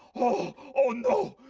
oh, oh no,